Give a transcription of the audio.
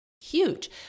Huge